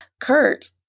Kurt